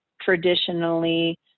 traditionally